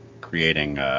creating